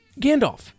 gandalf